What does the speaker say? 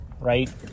right